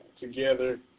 together